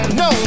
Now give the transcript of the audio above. no